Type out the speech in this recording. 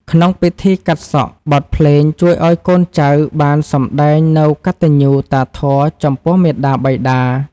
ក្នុងពិធីកាត់សក់ បទភ្លេងជួយឱ្យកូនចៅបានសម្ដែងនូវកតញ្ញូតាធម៌ចំពោះមាតាបិតា។